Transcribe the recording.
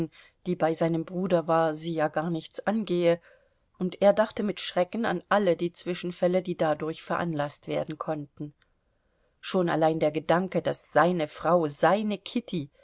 die bei seinem bruder war sie ja gar nichts angehe und er dachte mit schrecken an alle die zwischenfälle die dadurch veranlaßt werden konnten schon allein der gedanke daß seine frau seine kitty